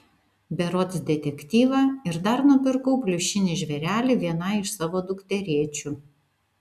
berods detektyvą ir dar nupirkau pliušinį žvėrelį vienai iš savo dukterėčių